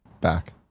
back